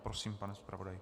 Prosím, pane zpravodaji.